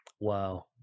Wow